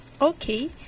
Okay